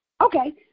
Okay